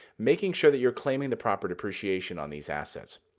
making sure that you're claiming the proper depreciation on these assets,